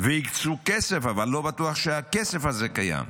והקצו כסף, אבל לא בטוח שהכסף הזה קיים.